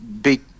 big